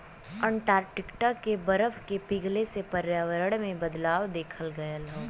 Antarctica के बरफ के पिघले से पर्यावरण में बदलाव देखल गयल हौ